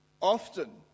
often